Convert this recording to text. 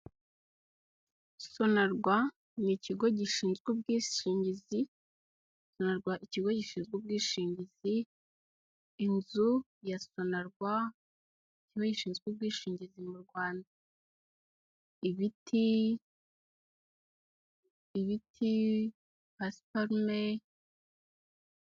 Sonerwa ni ikigo gishinzwe ubwishingizi ikigo, gishinzwe ubwishingizi inzu ya sonarwa ishinzwe ubwishingizi mu Rwanda ibiti pasiparume.